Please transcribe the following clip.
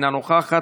אינה נוכחת,